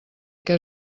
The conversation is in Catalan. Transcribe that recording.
que